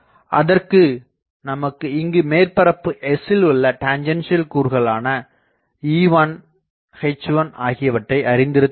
அதற்கு நமக்கு இங்கு மேற்பரப்பு S ல் உள்ள டெஞ்சன்சியல் கூறுகளான E1 மற்றும் H1ஆகியவற்றை அறிந்து இருத்தல் வேண்டும்